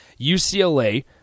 UCLA